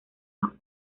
los